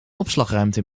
opslagruimte